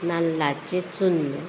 नाल्लाचें चून